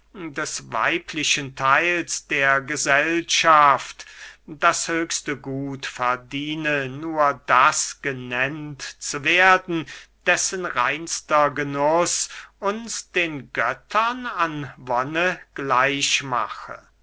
des weiblichen theils der gesellschaft das höchste gut verdiene nur das genennt zu werden dessen reinster genuß uns den göttern an wonne gleich mache